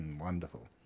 Wonderful